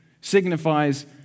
signifies